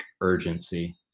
urgency